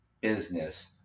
business